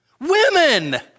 Women